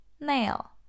Nail